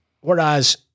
Whereas